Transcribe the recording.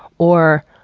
or,